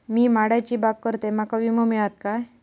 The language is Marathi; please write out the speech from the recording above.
मी माडाची बाग करतंय माका विमो मिळात काय?